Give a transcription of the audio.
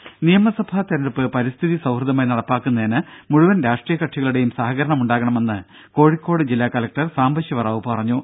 രും നിയമസഭാ തെരഞ്ഞെടുപ്പ് പരിസ്ഥിതി സൌഹൃദമായി നടപ്പിലാക്കുന്നതിന് മുഴുവൻ രാഷ്ട്രീയ കക്ഷികളുടേയും സഹകരണമുണ്ടാകണമെന്ന് കോഴിക്കോട് ജില്ലാ കലക്ടർ സാംബശിവ റാവു പറഞ്ഞു